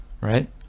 right